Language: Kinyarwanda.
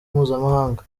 mpuzamahanga